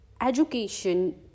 education